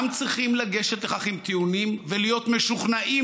צריך גם לגשת לכך עם טיעונים ולהיות משוכנעים